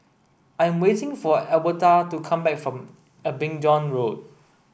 I'm waiting for Albertha to come back from Abingdon Road